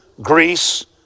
Greece